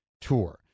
tour